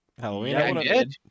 Halloween